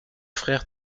frères